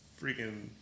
freaking